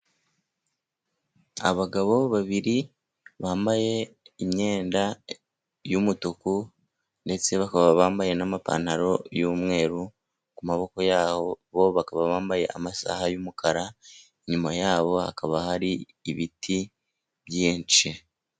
Abagabo babiri bambaye imyenda y'umutuku, ndetse bakaba bambaye n'amapantaro y'umweru, ku maboko yabo bakaba bambaye amasaha y'umukara, inyuma yabo hakaba hari ibiti byinshi.